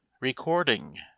Recording